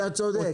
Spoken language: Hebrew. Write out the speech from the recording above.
אתה צודק.